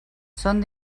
són